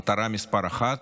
זו מטרה מספר אחת,